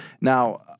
Now